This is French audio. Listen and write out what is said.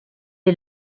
est